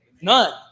None